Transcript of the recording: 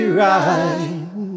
right